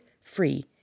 free